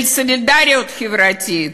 של סולידריות חברתית,